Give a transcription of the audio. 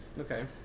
Okay